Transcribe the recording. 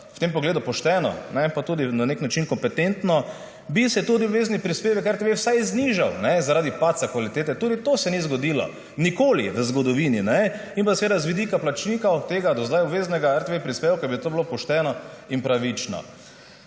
v tem pogledu pošteno pa tudi na nek način kompetentno, bi se tudi obvezni prispevek RTV vsaj znižal zaradi padca kvalitete. Tudi to se ni zgodilo. Nikoli v zgodovini. Tudi z vidika plačnikov tega do zdaj obveznega RTV prispevka bi to bilo pošteno in pravično.